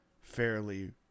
fairly